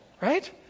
Right